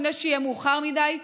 לפני שיהיה מאוחר מדי,